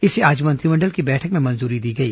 इसे आज मंत्रिमंडल की बैठक में मंजूरी दी गई